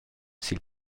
sil